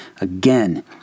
again